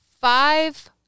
five